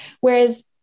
Whereas